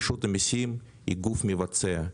רשות המיסים היא גוף מבצע,